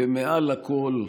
ומעל הכול,